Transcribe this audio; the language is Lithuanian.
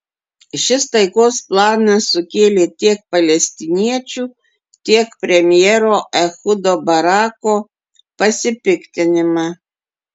šis taikos planas sukėlė tiek palestiniečių tiek premjero ehudo barako pasipiktinimą